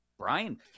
Brian